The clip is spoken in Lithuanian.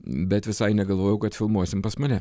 bet visai negalvojau kad filmuosim pas mane